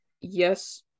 yes